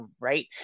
right